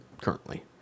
currently